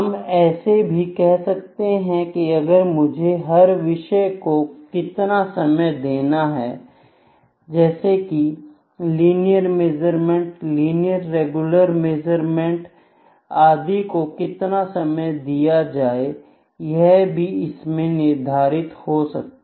हम ऐसा भी कह सकते हैं कि अगर मुझे हर विषय को कितना समय देना है जैसे कि linear measurement linear regular measurement आदि को कितना समय दिया जाए यह भी इसमें निर्धारित हो सकता है